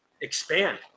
expand